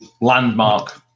landmark